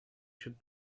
should